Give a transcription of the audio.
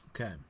okay